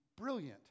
brilliant